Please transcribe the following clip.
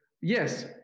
yes